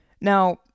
Now